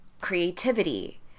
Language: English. creativity